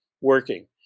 working